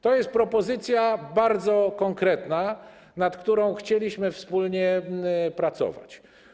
To jest propozycja bardzo konkretna, nad którą chcieliśmy wspólnie pracować.